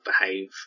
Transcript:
behave